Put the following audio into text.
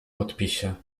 podpisie